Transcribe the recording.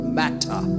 matter